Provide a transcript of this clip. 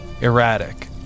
erratic